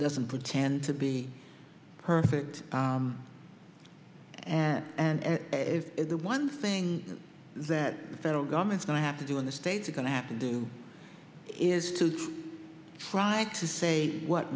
doesn't pretend to be perfect and the one thing that the federal government's going to have to do in the states are going to have to do is to try to say what